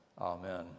amen